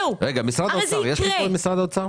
הרי זה יקרה.